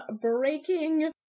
breaking